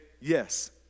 yes